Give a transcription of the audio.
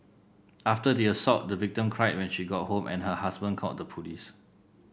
after the assault the victim cried when she got home and her husband called the police